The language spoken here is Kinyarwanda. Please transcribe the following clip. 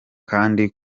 kandi